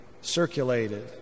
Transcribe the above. circulated